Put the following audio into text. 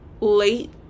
late